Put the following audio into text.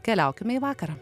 keliaukime į vakarą